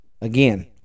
Again